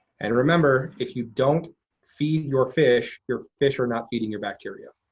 and remember, if you don't feed your fish, your fish are not feeding your bacteria.